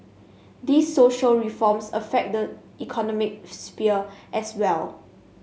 these social reforms affect the economic sphere as well